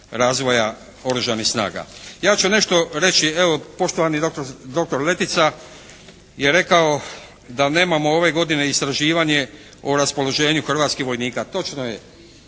razvoja oružanih snaga. Ja ću nešto reći. Evo, poštovani doktor Letica je rekao da nemamo ove godine istraživanje o raspoloženju hrvatskih vojnika. Točno je,